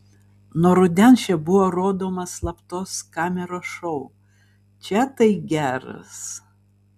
nuo rudens čia buvo rodomas slaptos kameros šou čia tai geras